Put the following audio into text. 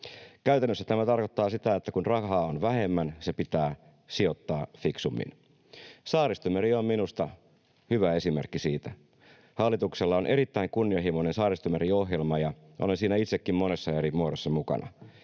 Käytännössä tämä tarkoittaa sitä, että kun rahaa on vähemmän, se pitää sijoittaa fiksummin. Saaristomeri on minusta hyvä esimerkki siitä. Hallituksella on erittäin kunnianhimoinen Saaristomeri-ohjelma, ja olen siinä itsekin monessa eri muodossa mukana.